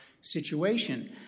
situation